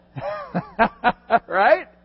Right